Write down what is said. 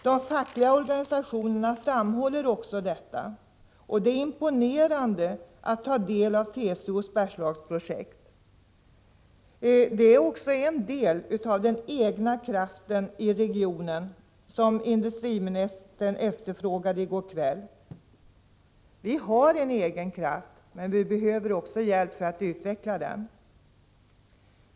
De fackliga organisationerna framhåller också detta. Det är imponerande att ta del av TCO:s Bergslagsprojekt. Det utgör en del av den egna kraften i regionen, som industriministern efterfrågade i går kväll. Vi har en egen kraft, men vi behöver hjälp för att utveckla den.